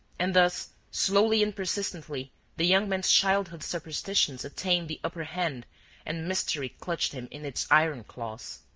and thus, slowly and persistently the young man's childhood superstitions attained the upper hand and mystery clutched him in its iron claws.